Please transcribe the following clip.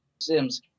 Sims